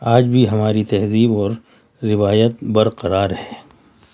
آج بھی ہماری تہذیب اور روایت برقرار ہے